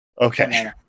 Okay